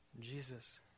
Jesus